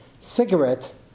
Cigarette